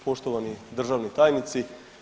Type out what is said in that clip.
Poštovani državni tajnici.